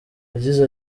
yagize